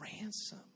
ransom